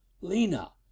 Lena